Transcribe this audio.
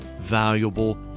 valuable